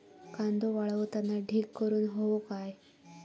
कांदो वाळवताना ढीग करून हवो काय?